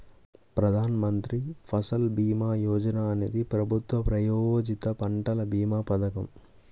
ప్రధాన్ మంత్రి ఫసల్ భీమా యోజన అనేది ప్రభుత్వ ప్రాయోజిత పంటల భీమా పథకం